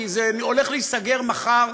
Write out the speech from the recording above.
כי זה הולך להיסגר מחר.